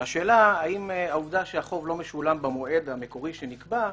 השאלה האם העובדה שהחוב לא משולם במועד המקורי שנקבע,